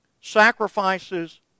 sacrifices